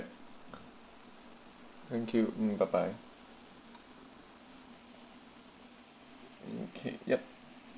thank you mm bye bye okay yup